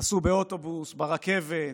נסעו באוטובוס, ברכבת,